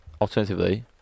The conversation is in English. alternatively